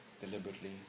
deliberately